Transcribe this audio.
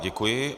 Děkuji.